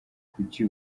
kuki